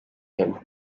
him